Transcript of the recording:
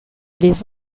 les